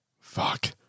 fuck